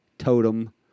Totem